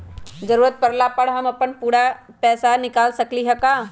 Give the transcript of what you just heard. जरूरत परला पर हम अपन पूरा पैसा निकाल सकली ह का?